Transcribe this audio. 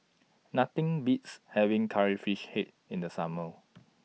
Nothing Beats having Curry Fish Head in The Summer